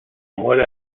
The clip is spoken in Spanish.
muere